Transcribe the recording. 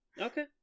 Okay